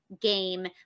game